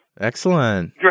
Excellent